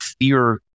fear